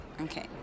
okay